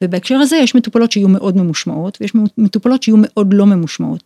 ובהקשר הזה יש מטופלות שיהיו מאוד ממושמעות ויש מטופלות שיהיו מאוד לא ממושמעות.